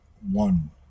one